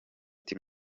ati